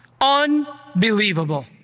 unbelievable